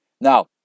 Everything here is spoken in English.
Now